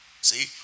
See